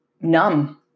numb